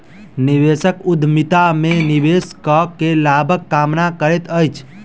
निवेशक उद्यमिता में निवेश कअ के लाभक कामना करैत अछि